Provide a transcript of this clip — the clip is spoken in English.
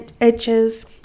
edges